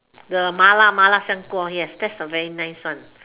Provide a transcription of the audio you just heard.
the mala mala 香锅 that's the very nice one